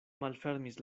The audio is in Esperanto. malfermis